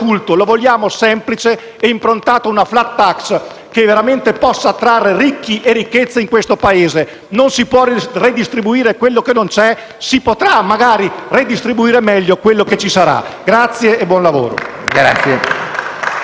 Grazie e buon lavoro.